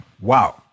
Wow